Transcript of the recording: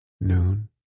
noon